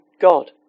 God